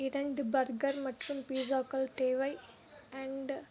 இரண்டு பர்கர் மற்றும் பீஸாக்கள் தேவை அண்டு